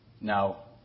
Now